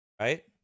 Right